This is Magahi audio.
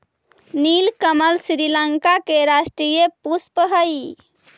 नीलकमल श्रीलंका के राष्ट्रीय पुष्प हइ